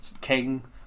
king